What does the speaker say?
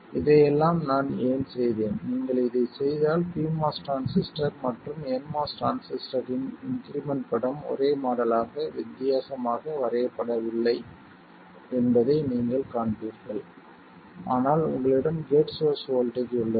இதையெல்லாம் நான் ஏன் செய்தேன் நீங்கள் இதைச் செய்தால் pMOS டிரான்சிஸ்டர் மற்றும் nMOS டிரான்சிஸ்டரின் இன்க்ரிமெண்ட் படம் ஒரே மாடல் ஆக வித்தியாசமாக வரையப்படவில்லை என்பதை நீங்கள் காண்பீர்கள் ஆனால் உங்களிடம் கேட் சோர்ஸ் வோல்டேஜ் உள்ளது